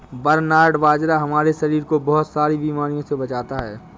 barnyard बाजरा हमारे शरीर को बहुत सारी बीमारियों से बचाता है